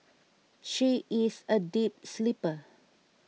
she is a deep sleeper